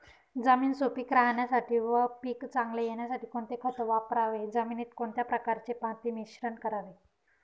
जमीन सुपिक राहण्यासाठी व पीक चांगले येण्यासाठी कोणते खत वापरावे? जमिनीत कोणत्या प्रकारचे माती मिश्रण करावे?